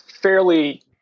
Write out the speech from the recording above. fairly